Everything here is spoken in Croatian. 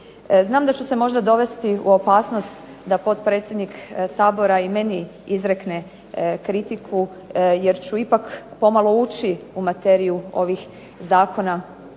Znam da ću se možda dovesti u opasnost da potpredsjednik Sabora i meni izrekne primjedbu jer ću ipak pomalo ući u materiju ovih zakona